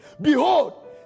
Behold